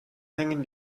hängen